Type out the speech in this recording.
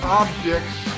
objects